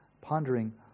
pondering